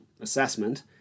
assessment